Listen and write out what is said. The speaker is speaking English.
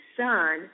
son –